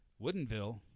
Woodenville